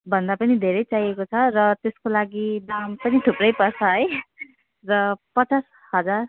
भन्दा पनि धेरै चाहिएको छ र त्यसको लागि दाम पनि थुप्रै पर्छ है र पचास हजार